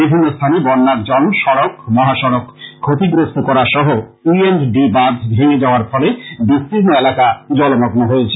বিভিন্ন স্থানে বন্যার জল সড়ক মহাসড়ক ক্ষতিগ্রস্থ করা সহ ই এন্ড ডি বাধ ভেঙ্গে যাওয়ার ফলে বিস্তীর্ণ এলাকা জলমগ্ন হয়েছে